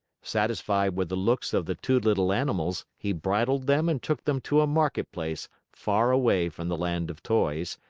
satisfied with the looks of the two little animals, he bridled them and took them to a market place far away from the land of toys,